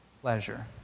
pleasure